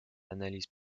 analyse